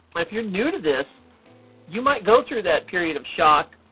if you're new to this you might go through that period of shock